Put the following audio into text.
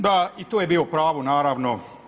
Da, i tu je bio u pravu, naravno.